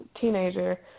teenager